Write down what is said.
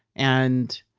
and